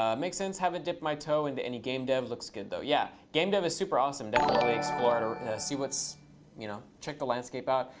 ah makes sense. haven't dipped my toe into any game dev. looks good, though. yeah, game dev is super awesome, definitely explore see what's you know check the landscape out.